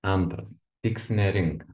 antras tikslinė rinka